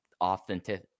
authentic